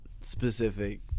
specific